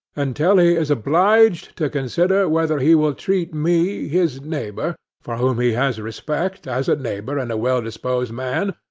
until he is obliged to consider whether he will treat me, his neighbor, for whom he has respect, as a neighbor and well-disposed man,